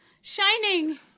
Shining